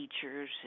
teachers